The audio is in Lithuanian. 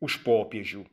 už popiežių